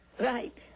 Right